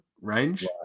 range